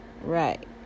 Right